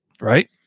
right